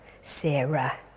Sarah